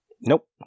Nope